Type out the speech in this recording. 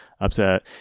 upset